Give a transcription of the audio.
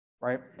right